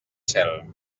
cel